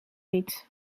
niet